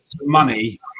money